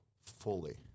fully